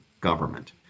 government